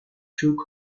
took